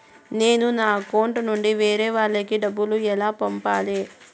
నేను నా అకౌంట్ నుండి వేరే వాళ్ళకి డబ్బును ఎలా పంపాలి?